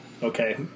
Okay